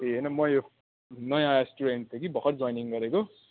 ए होइन म यो नयाँ स्टुडेन्ट थिएँ कि भर्खर जोइनिङ गरेको